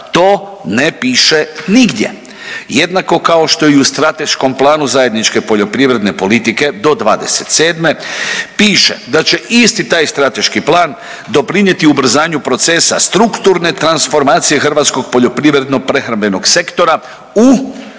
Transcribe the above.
to ne piše nigdje. Jednako kao što i u Strateškom planu zajedničke poljoprivredne politike do '27. piše da će isti taj strateški plan doprinijeti ubrzanju procesa strukturne transformacije hrvatskog poljoprivrednog prehrambenog sektora u modernu